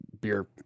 beer